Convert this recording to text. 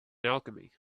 alchemy